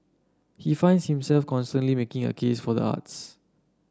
he finds himself constantly making a case for the arts